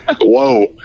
Whoa